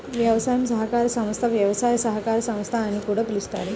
వ్యవసాయ సహకార సంస్థ, వ్యవసాయ సహకార సంస్థ అని కూడా పిలుస్తారు